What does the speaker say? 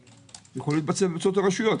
להתבצע דרך הרשויות.